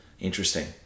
Interesting